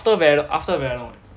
after very after very long eh